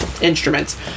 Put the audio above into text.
instruments